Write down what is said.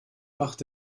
macht